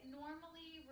normally